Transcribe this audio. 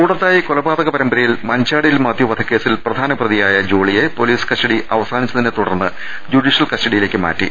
കൂടത്തായി കൊലപാതക പരമ്പരയിൽ മഞ്ചാടിയിൽ മാത്യു വധ ക്കേസിൽ പ്രധാനപ്രതിയായ ജോളിയെ പൊലീസ് കസ്റ്റഡി അവ സാനിച്ചതിനെ തുടർന്ന് ജുഡീഷ്യൽ കസ്റ്റഡിയിലേക്ക് മാറ്റി